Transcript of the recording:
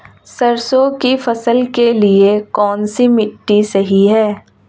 सरसों की फसल के लिए कौनसी मिट्टी सही हैं?